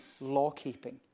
law-keeping